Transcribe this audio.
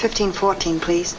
fifteen fourteen please